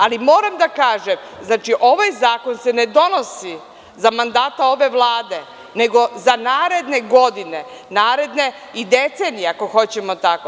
Ali, moram da kažem, znači, ovaj zakon se ne donosi za mandata ove vlade, nego za naredne godine, naredne i decenije, ako hoćemo tako.